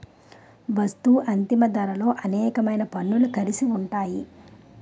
వస్తూ అంతిమ ధరలో అనేకమైన పన్నులు కలిసి ఉంటాయి